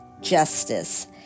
justice